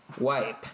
Wipe